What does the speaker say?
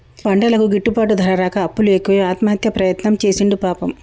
పంటలకు గిట్టుబాటు ధర రాక అప్పులు ఎక్కువై ఆత్మహత్య ప్రయత్నం చేసిండు పాపం